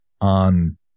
on